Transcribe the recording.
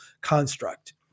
construct